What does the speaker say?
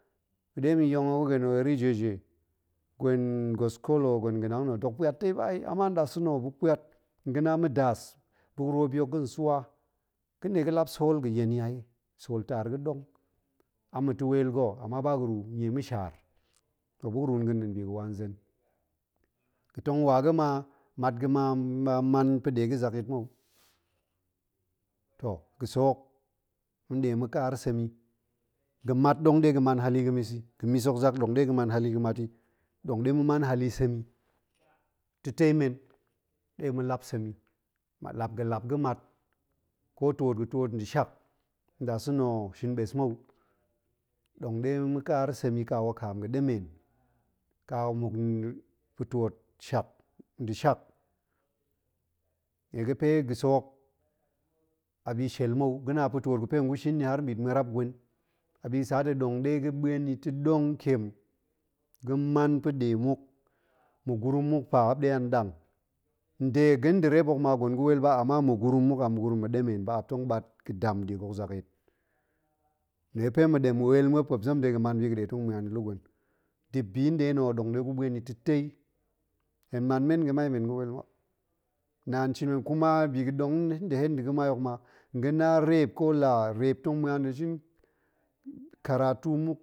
Ma̱de ma̱yong ho ga̱ na̱ orijeje, gwen gaskolo gwen ga̱nang nna̱ ɗok puat tei ba ai ama nɗasa̱na̱ ho buk puat nga̱ na ma̱daas buk ruwo bi hok ga̱nswa, ga̱ nɗe ga̱lap sool ga̱yen yi ai, sool taar ga̱ ɗong, ama̱ ta̱ weel ga̱, ama ba ga̱ru nnie ma̱ shaar muop buk ru ga̱ nɗa̱a̱n biga̱ wa nzen, gatong waga̱ ma mat gama ba man pa̱ɗe ga̱ zak yit mou, toh ga̱sek hok nɗe ma̱nɗe ma̱kaar semyi, ga̱mat ɗong de ga̱man hali ga̱mis yi, mis hok zak dong ɗe ga̱man hali ga̱mat yi ɗong ɗe maman hali semyi, ta̱tei men ɗe ma̱lap sem yi, lap ga̱ lap ga̱mat ko twoot ga̱ twoot nda shak, nɗasa̱na̱ ho shimɓes mou gong ɗe ma̱kaar sem yi ka wakaam ga̱ɗemen, ka mmuk pa̱twoot shak nda̱ shak, nnie ga̱pe ga̱sek hok a bi shiel mou, ga̱na̱ a pa̱twoot ga̱pe tong gushin ni har ɓit muarap gwen abi ga̱sa ta̱ ɗong ɗega̱ ɗuen yi ta̱ɗong ntiem, ga̱ man pa̱ɗe muk ma̱gurum muk pa muop nɗe a nɗang, nde ga̱n nda̱ reep hok ma gwen gaweel ba, ama ma̱gurum muk, a ma̱gurum ga̱ɗemen ba, muop tong ɗat ga̱ɗam ɗik hok zak yit, nnie pe ma̱ɗem weel muop muop zem a dega̱ man bi ga̱ɗe ton muan yi lu gwen, dip bi nɗe nna̱ ho ɗong ɗe guɓuen yi ta̱tei, henshin men ga̱mai men ga̱ weel ba, naan men kuma biga̱ɗong nda̱ hen nda̱ ga̱mai hok ma, nga̱ na reep ko lad reep tong muan nda̱ shin karatu muk.